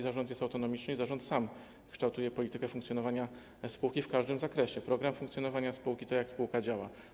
Zarząd jest autonomiczny i sam kształtuje politykę funkcjonowania spółki w każdym zakresie, program funkcjonowania spółki, to, jak spółka działa.